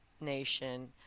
nation